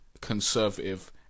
conservative